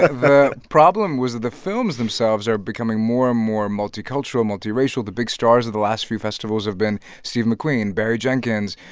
the problem was that the films themselves are becoming more and more multicultural, multiracial. the big stars of the last few festivals have been steve mcqueen, barry jenkins.